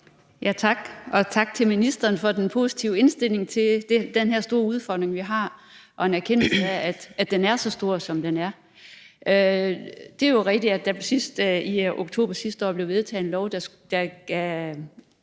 Tak, og tak til ministeren for den positive indstilling til den her store udfordring, vi har, og en erkendelse af, at den er så stor, som den er. Det er jo rigtigt, at der sidst i oktober sidste år blev vedtaget en lov, der